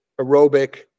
aerobic